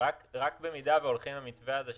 במידה והולכים למתווה הזה,